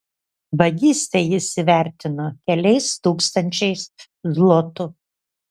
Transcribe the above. vagystę jis įvertino keliais tūkstančiais zlotų